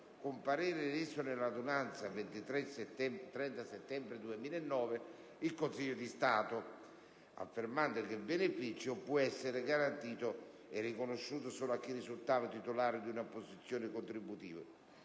con parere reso nell'adunanza del 30 settembre 2009, il Consiglio di Stato, affermando che il beneficio può essere garantito e riconosciuto solo a chi risultava titolare di una posizione contributiva.